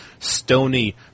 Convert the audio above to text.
Stony